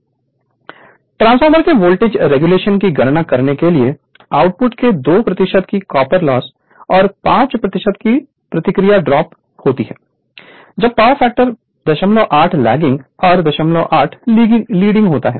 Refer Slide Time 0328 transformer के voltage regulation की गणना करने के लिए आउटपुट के 2 की कॉपर लॉस और 5 की प्रतिक्रिया ड्रॉप होती है जब पावर फैक्टर 08 लैगिंग और 08 लीडिंग होता है